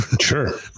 Sure